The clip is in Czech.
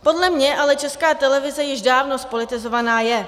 Podle mě ale Česká televize již dávno zpolitizovaná je.